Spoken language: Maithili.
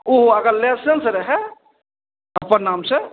ओ अगर लाइसेन्स रहै अपन नामसे